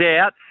out